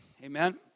Amen